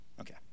Okay